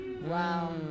Wow